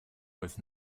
with